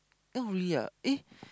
oh really ah eh